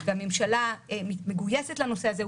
והממשלה מגויסת לנושא הזה.